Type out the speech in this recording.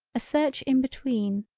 a search in between,